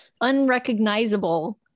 unrecognizable